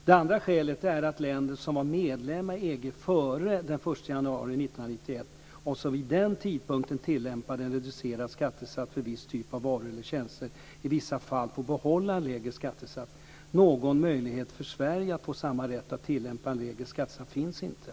Det andra skälet är att länder som var medlemmar i EG före den 1 januari 1991 och som vid den tidpunkten tillämpade en reducerad skattesats för viss typ av varor eller tjänster i vissa fall får behålla en lägre skattesats. Någon möjlighet för Sverige att få samma rätt att tillämpa en lägre skattesats finns inte.